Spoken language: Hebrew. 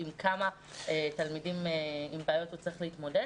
עם כמה תלמידים עם בעיות הוא צריך להתמודד?